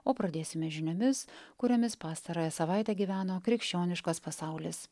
o pradėsime žiniomis kuriomis pastarąją savaitę gyveno krikščioniškas pasaulis